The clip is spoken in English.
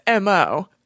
mo